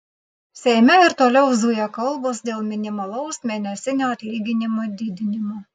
seime ir toliau zuja kalbos dėl minimalaus mėnesinio atlyginimo didinimo